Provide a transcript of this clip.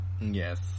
Yes